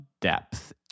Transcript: depth